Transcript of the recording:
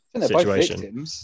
situation